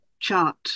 chart